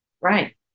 Right